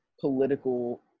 political